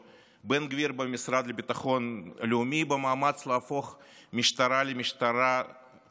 בן גביר במשרד לביטחון לאומי במאמץ להפוך משטרה למשטרה פוליטית.